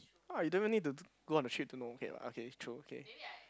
no ah you don't even need to go on the trip to know lah okay true okay